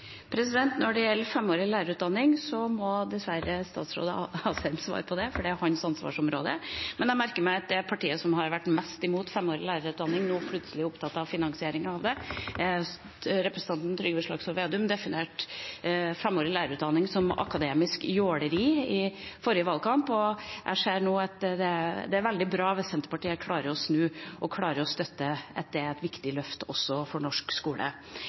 Når det gjelder femårig lærerutdanning, må dessverre statsråd Asheim svare på det, for det er hans ansvarsområde, men jeg merker meg at det partiet som har vært mest imot femårig lærerutdanning, nå plutselig er opptatt av finansieringen av det. Representanten Trygve Slagsvold Vedum definerte femårig lærerutdanning som «akademisk jåleri» i forrige valgkamp, men det er veldig bra hvis Senterpartiet nå klarer å snu og støtter at det er et viktig løft for norsk skole.